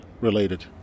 related